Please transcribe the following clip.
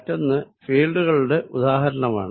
മറ്റൊന്ന് ഫീൽഡ് കളുടെ ഉദാഹരണമാണ്